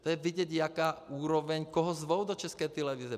To je vidět, jaká je úroveň, koho zvou do České televize.